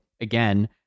again